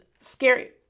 scary